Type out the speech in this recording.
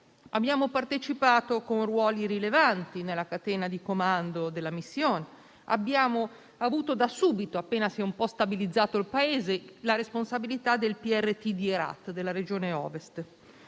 Abbiamo partecipato con ruoli rilevanti nella catena di comando della missione e abbiamo avuto da subito, appena si è un po' stabilizzato il Paese, la responsabilità del PRT di Herat, cioè della regione ovest.